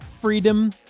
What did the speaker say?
freedom